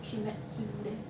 she met him there